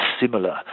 similar